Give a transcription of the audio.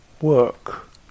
work